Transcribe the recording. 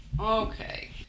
Okay